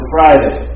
Friday